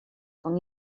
con